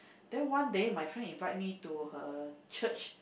then one day my friend invite me to her church